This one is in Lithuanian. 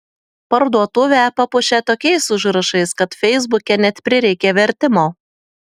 parduotuvę papuošė tokiais užrašais kad feisbuke net prireikė vertimo